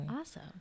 awesome